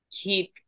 keep